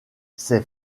ses